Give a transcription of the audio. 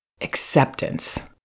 Acceptance